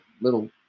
little